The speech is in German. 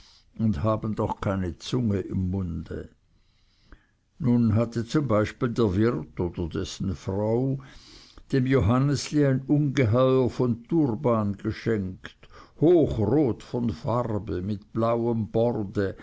und haben doch keine zunge im munde nun hatte zum beispiel der wirt oder dessen frau dem johannesli ein ungeheuer von turban geschenkt hochrot von farbe mit blauem borde